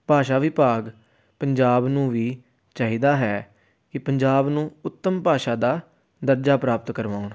ਭਾਸ਼ਾ ਵਿਭਾਗ ਪੰਜਾਬ ਨੂੰ ਵੀ ਚਾਹੀਦਾ ਹੈ ਕਿ ਪੰਜਾਬ ਨੂੰ ਉੱਤਮ ਭਾਸ਼ਾ ਦਾ ਦਰਜਾ ਪ੍ਰਾਪਤ ਕਰਵਾਉਣ